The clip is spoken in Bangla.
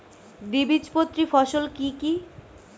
দ্বিবীজপত্রী ফসল কি কি?